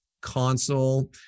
console